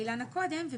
לאחריו,